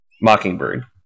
Mockingbird